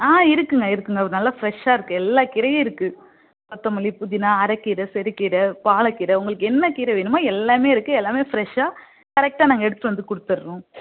ஆ இருக்குதுங்க இருக்குதுங்க ஒரு நல்லா ஃப்ரெஷ்ஷாக இருக்குது எல்லா கீரையும் இருக்குது கொத்தமல்லி புதினா அரக்கீரை சிறுகீரை பாலக்கீரை உங்களுக்கு என்ன கீரை வேணுமோ எல்லாமே இருக்குது எல்லாமே ஃப்ரெஷ்ஷாக கரெக்டாக நாங்கள் எடுத்துட்டு வந்து கொடுத்துட்றோம்